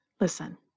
Listen